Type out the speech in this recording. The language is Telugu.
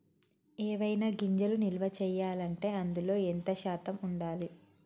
ఏవైనా గింజలు నిల్వ చేయాలంటే అందులో ఎంత శాతం ఉండాలి?